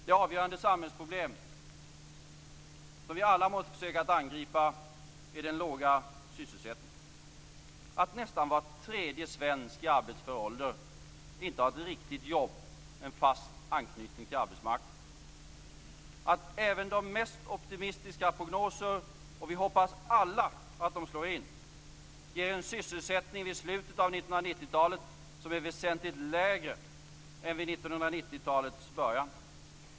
Det avgörande samhällsproblem som vi alla måste försöka att angripa är den låga sysselsättningen. Nästan var tredje svensk i arbetsför ålder har inte ett riktigt jobb, en fast anknytning till arbetsmarknaden. Även de mesta optimistiska prognoser - vi hoppas alla att de slår in - ger en sysselsättning vid slutet av 1990-talet som är väsentligt lägre än vid 1990-talets början.